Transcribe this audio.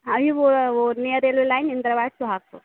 हाँ ई वह वह near railway line Indira ward Sohagpur